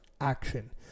Action